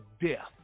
death